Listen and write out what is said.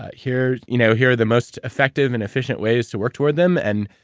ah here you know here are the most effective and efficient ways to work toward them, and,